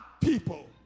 people